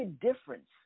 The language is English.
difference